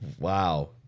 Wow